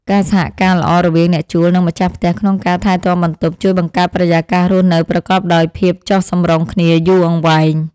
ការសហការល្អរវាងអ្នកជួលនិងម្ចាស់ផ្ទះក្នុងការថែទាំបន្ទប់ជួយបង្កើតបរិយាកាសរស់នៅប្រកបដោយភាពចុះសម្រុងគ្នាយូរអង្វែង។